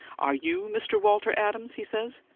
are you mr. walter adams he says.